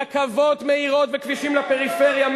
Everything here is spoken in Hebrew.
רכבות מהירות וכבישים לפריפריה,